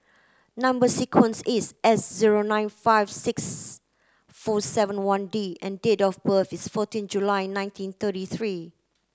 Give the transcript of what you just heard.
number sequence is S zero nine five six four seven one D and date of birth is fourteen July nineteen thirty three